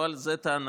לא על זה טענתי.